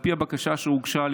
על פי הבקשה שהוגשה,